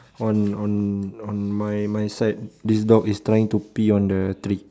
on on on my my side this dog is trying to pee on the tree